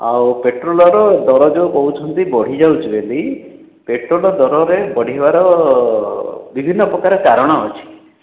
ଆଉ ପେଟ୍ରୋଲର ଦର ଯେଉଁ କହୁଛନ୍ତି ବଢ଼ିଯାଉଛି ବୋଲି ପେଟ୍ରୋଲ୍ ଦରରେ ବଢ଼ିବାର ବିଭିନ୍ନ ପ୍ରକାର କାରଣ ଅଛି